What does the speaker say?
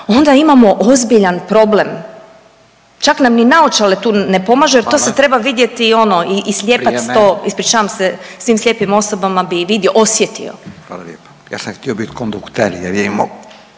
onda imamo ozbiljan problem. Čak nam ni naočale tu ne pomažu jer to se treba vidjeti ono i slijepac to, ispričavam se svim slijepim osobama, bi i vidio, osjetio. **Radin, Furio (Nezavisni)** Vrijeme. Hvala lijepo. Ja sam htio biti kondukter jer je imao